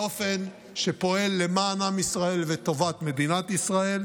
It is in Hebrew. באופן שפועל למען עם ישראל ולטובת מדינת ישראל.